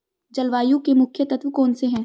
जलवायु के मुख्य तत्व कौनसे हैं?